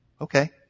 Okay